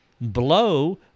blow